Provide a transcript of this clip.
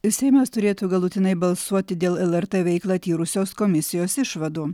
seimas turėtų galutinai balsuoti dėl lrt veiklą tyrusios komisijos išvadų